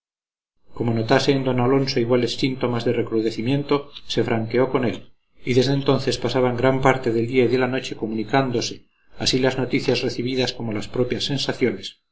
como notase en d alonso iguales síntomas de recrudecimiento se franqueó con él y desde entonces pasaban gran parte del día y de la noche comunicándose así las noticias recibidas como las propias sensaciones